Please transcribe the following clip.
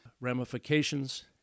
ramifications